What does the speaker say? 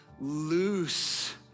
loose